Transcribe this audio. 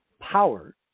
power